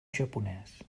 japonès